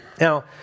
Now